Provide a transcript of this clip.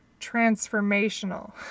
transformational